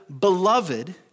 beloved